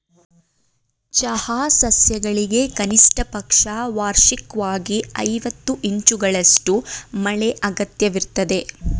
ಚಹಾ ಸಸ್ಯಗಳಿಗೆ ಕನಿಷ್ಟಪಕ್ಷ ವಾರ್ಷಿಕ್ವಾಗಿ ಐವತ್ತು ಇಂಚುಗಳಷ್ಟು ಮಳೆ ಅಗತ್ಯವಿರ್ತದೆ